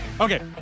Okay